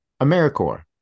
AmeriCorps